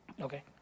Okay